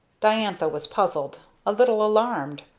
diantha was puzzled a little alarmed.